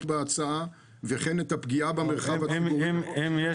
בהצעה וכן ואת הפגיעה במרחב הציבורי -- אם יש